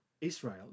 Israel